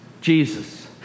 Jesus